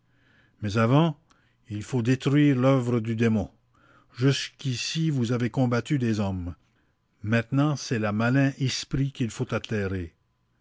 mais avant il faut détruire l'oeuvre du démon jusqu'ici vous avez combattu des hommes maintenant c'est la malin esprit qu'il faut attérer